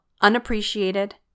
unappreciated